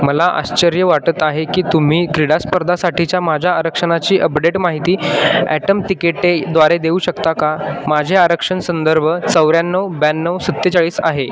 मला आश्चर्य वाटत आहे की तुम्ही क्रीडा स्पर्धासाठीच्या माझ्या आरक्षणाची अपडेट माहिती ॲटम तिकीटे द्वारे देऊ शकता का माझे आरक्षण संदर्भ चौऱ्याण्णव ब्याण्णव सत्तेचाळीस आहे